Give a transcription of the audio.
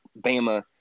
Bama